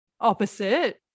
opposite